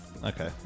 Okay